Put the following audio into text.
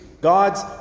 god's